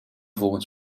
volgens